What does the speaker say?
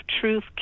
truth